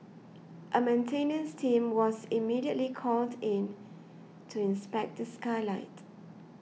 a maintenance team was immediately called in to inspect the skylight